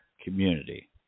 community